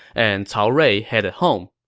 and cao rui headed home